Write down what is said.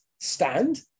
stand